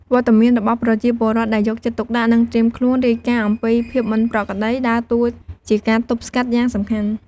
វត្តមានរបស់ប្រជាពលរដ្ឋដែលយកចិត្តទុកដាក់ និងត្រៀមខ្លួនរាយការណ៍អំពីភាពមិនប្រក្រតី ដើរតួជាការទប់ស្កាត់យ៉ាងសំខាន់។